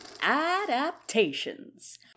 ADAPTATIONS